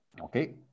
okay